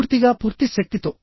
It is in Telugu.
పూర్తిగా పూర్తి శక్తితో